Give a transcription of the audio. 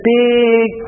big